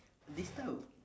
this type of